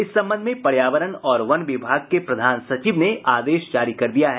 इस संबंध में पर्यावरण और वन विभाग के प्रधान सचिव ने आदेश जारी कर दिया है